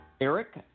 Eric